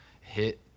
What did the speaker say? hit